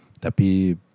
Tapi